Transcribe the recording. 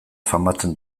famatzen